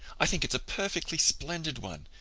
i think it's a perfectly splendid one,